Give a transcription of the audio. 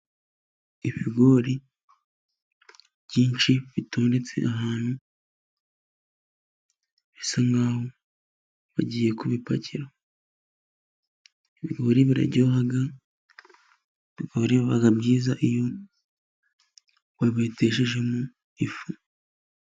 Ibigori byinshi bitondetse ahantu bisa nkaho bagiye kubipakira, ibigori biraryoha, ibigori biba byiza iyo wabibeteshejemo ifu.